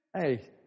Hey